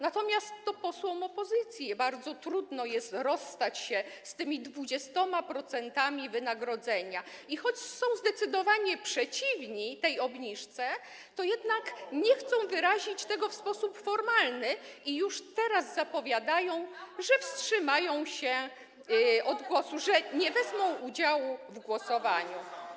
Natomiast to posłom opozycji bardzo trudno jest rozstać się z tymi 20% wynagrodzenia i choć są zdecydowanie przeciwni tej obniżce, to jednak nie chcą wyrazić tego w sposób formalny i już teraz zapowiadają, że wstrzymają się od głosu, że nie wezmą udziału w głosowaniu.